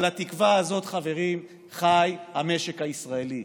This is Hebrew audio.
על התקווה הזאת, חברים, חי המשק הישראלי.